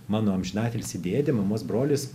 mano amžinatilsį dėdė mamos brolis